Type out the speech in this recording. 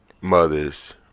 mothers